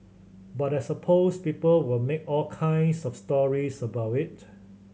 but I suppose people will make all kinds of stories about it